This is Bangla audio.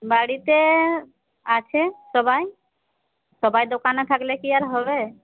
বাড়িতে আছে সবাই সবাই দোকানে থাকলে কি আর হবে